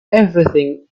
everything